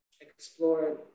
explore